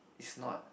is not